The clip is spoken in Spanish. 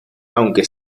aunque